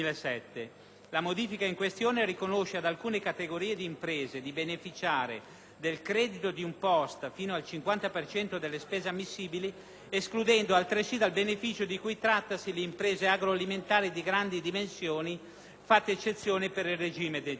La modifica in questione riconosce ad alcune categorie di imprese di beneficiare del credito d'imposta sino al 50 per cento delle spese ammissibili, escludendo altresì dal beneficio di cui trattasi le imprese agroalimentari di grandi dimensioni, fatta eccezione per il regime *de minimis*.